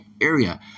area